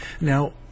Now